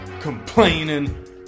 complaining